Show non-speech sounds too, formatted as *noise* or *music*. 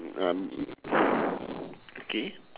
*noise* okay